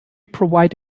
provide